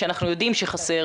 שאנחנו יודעים שחסר,